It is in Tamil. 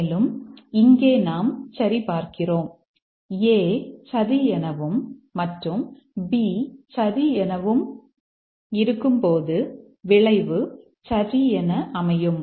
மேலும் இங்கே நாம் சரிபார்க்கிறோம் A சரி எனவும் மற்றும் B சரி எனவும் இருக்கும்போது விளைவு சரி என அமையும்